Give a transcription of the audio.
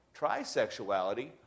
trisexuality